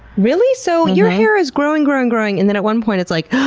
really? so, your hair is growing, growing, growing. and then at one point it's like